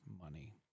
Money